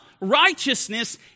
righteousness